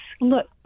Look